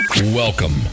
Welcome